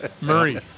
Murray